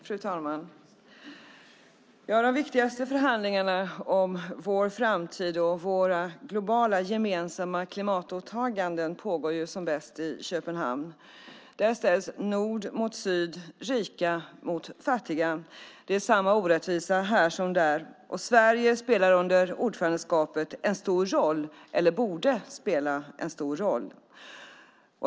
Fru ålderspresident! De viktigaste förhandlingarna om vår framtid och våra globala gemensamma klimatåtaganden pågår som bäst i Köpenhamn. Där ställs nord mot syd och rika mot fattiga. Det är samma orättvisa här som där. Sverige spelar under ordförandeskapet en stor roll, eller borde i alla fall spela en stor roll.